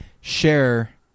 share